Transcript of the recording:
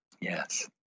yes